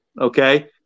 Okay